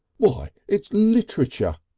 why, it's literature!